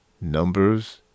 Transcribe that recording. numbers